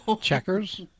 Checkers